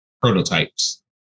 prototypes